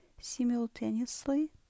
Simultaneously